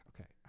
Okay